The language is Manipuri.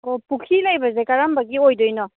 ꯑꯣ ꯄꯨꯈꯤ ꯂꯩꯕꯁꯦ ꯀꯔꯝꯕꯒꯤ ꯑꯣꯏꯗꯣꯏꯅꯣ